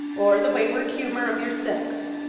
or the wayward humour of your sex.